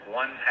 one